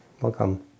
Welcome